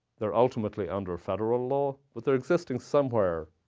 they're ultimately under federal law, but they're existing somewhere